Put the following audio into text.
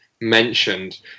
mentioned